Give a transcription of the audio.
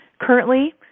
Currently